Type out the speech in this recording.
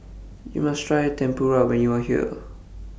YOU must Try Tempura when YOU Are here